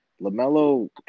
LaMelo